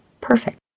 perfect